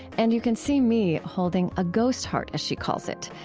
and you can see me holding a ghost heart, as she calls it,